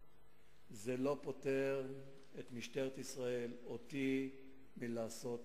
זה לא פוטר את משטרת ישראל ואותי מלעשות מעשה,